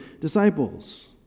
disciples